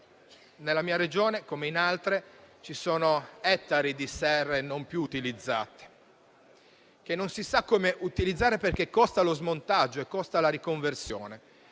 Nella mia Regione, come in altre, ci sono ettari di serre non più utilizzati, che non si sa come utilizzare perché costa lo smontaggio e costa la riconversione.